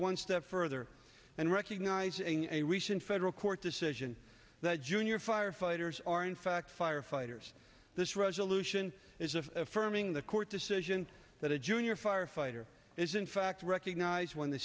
one step further and recognizing a recent federal court decision that junior firefighters are in fact firefighters this resolution is affirming the court decision that a junior firefighter is in fact recognize when the